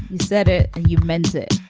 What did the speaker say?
you said it. you meant it